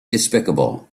despicable